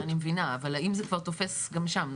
את זה אני מבינה אבל האם זה כבר תופס גם שם?